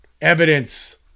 evidence